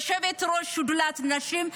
יושבת-ראש שדולת הנשים,